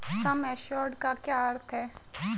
सम assured का क्या अर्थ है?